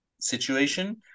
situation